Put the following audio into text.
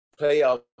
playoff